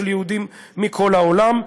של יהודים מכל העולם.